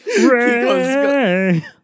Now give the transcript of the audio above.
Ray